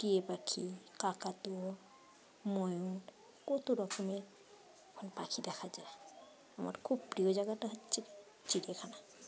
টিয়ে পাখি কাকাতুয়া ময়ূর কত রকমের পাখি দেখা যায় আমার খুব প্রিয় জায়গাটা হচ্ছে চিড়িয়াখানা